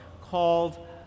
called